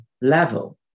level